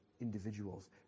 individuals